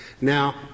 Now